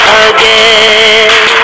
again